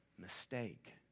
Mistake